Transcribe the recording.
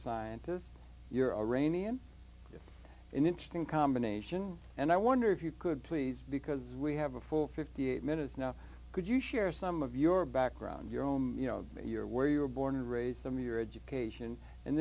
scientist you're iranian an interesting combination and i wonder if you could please because we have a full fifty eight minutes now could you share some of your background your own you know your where you were born and raise them your education and